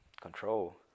control